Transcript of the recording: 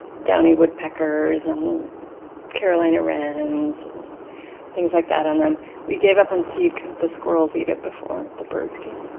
downy woodpeckers and carolina wrens and things like that. and then we gave up on and seed because the squirrels eat it before the birds can